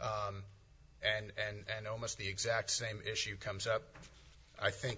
and almost the exact same issue comes up i think